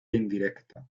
indirecta